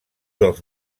dels